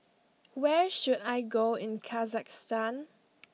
where should I go in Kazakhstan